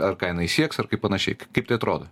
ar ką jinai sieks ar kaip panašiai k kaip tai atrodo